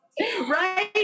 Right